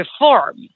reform